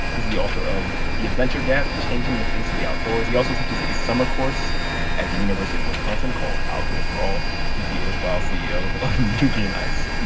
he's the author of the adventure gap changing the face of the outdoors. he also teaches a summer course at the university of wisconsin called outdoors for all. he's the erstwhile ceo of nubian ice